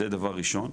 זה דבר ראשון.